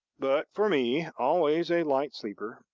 but for me, always a light sleeper,